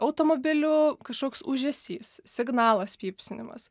automobilių kažkoks ūžesys signalas pypsinimas